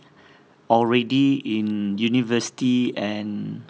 already in university and